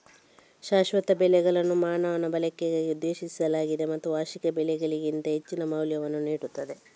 ಶಾಶ್ವತ ಬೆಳೆಗಳನ್ನು ಮಾನವ ಬಳಕೆಗಾಗಿ ಉದ್ದೇಶಿಸಲಾಗಿದೆ ಮತ್ತು ವಾರ್ಷಿಕ ಬೆಳೆಗಳಿಗಿಂತ ಹೆಚ್ಚಿನ ಮೌಲ್ಯವನ್ನು ನೀಡುತ್ತದೆ